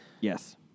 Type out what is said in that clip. Yes